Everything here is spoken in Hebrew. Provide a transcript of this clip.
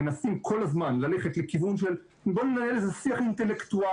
מנסים כל הזמן ללכת לכיוון של בוא ננהל איזה שיח אינטלקטואלי,